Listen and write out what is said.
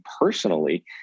personally